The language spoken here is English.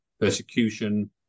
persecution